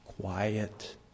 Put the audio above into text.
Quiet